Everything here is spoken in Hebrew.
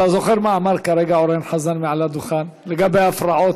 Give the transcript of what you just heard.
אתה זוכר מה אמר כרגע אורן חזן מעל הדוכן לגבי ההפרעות?